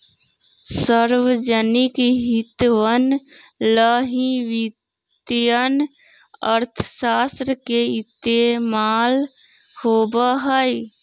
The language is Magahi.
सार्वजनिक हितवन ला ही वित्तीय अर्थशास्त्र के इस्तेमाल होबा हई